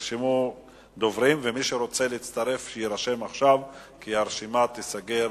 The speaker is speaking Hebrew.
נרשמו דוברים ומי שרוצה להצטרף שיירשם עכשיו כי הרשימה תיסגר.